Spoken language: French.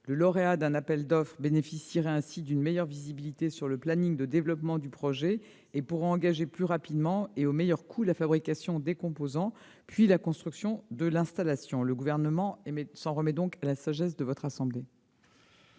Le lauréat d'un appel d'offres bénéficierait ainsi d'une meilleure visibilité sur le planning de développement du projet et pourrait engager plus rapidement et au meilleur coût la fabrication des composants, puis la construction de l'installation. Le Gouvernement s'en remet donc à la sagesse du Sénat.